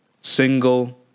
single